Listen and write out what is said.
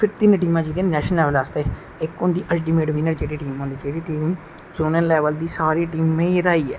तिन टीमां जंदियां नेशनल लेबल आस्ते इक होंदी अलटीमेट बिनर जेहडी टीम होंदी जेहडी टीम जोनल लेबल दी सारी टीमें गी हराइयै